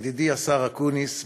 ידידי השר אקוניס,